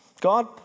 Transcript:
God